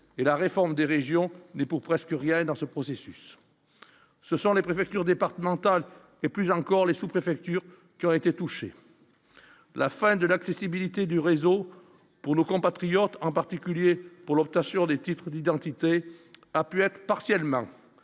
et la réforme des régions mais pour presque rien dans ce processus, ce sont les préfectures départementales et plus encore les sous-préfectures qui ont été touchés, la fin de l'accessibilité du réseau pour nos compatriotes, en particulier pour l'obtention des titres d'identité a pu être partiellement